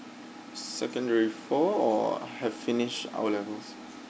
secondary four or have finished O levels